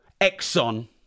Exxon